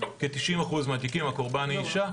ובכ-90 אחוזים מהתיקים הקורבן היא אישה.